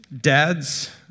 dads